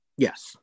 Yes